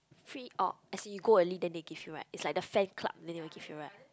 free or as in you go early then they give you right it's like the fan club then they'll give you right